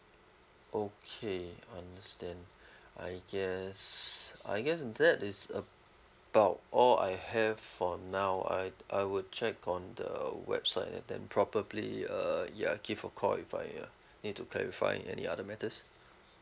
okay understand I guess I guess that is about all I have for now I I would check on the website and then probably uh ya give a call if I need to clarify in any other matters